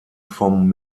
vom